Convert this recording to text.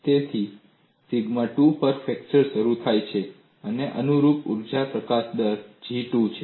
તેથી સિગ્મા 2 પર ફ્રેક્ચર શરૂ થાય છે અને અનુરૂપ ઊર્જા પ્રકાશન દર G2 છે